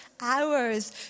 hours